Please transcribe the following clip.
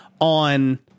on